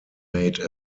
made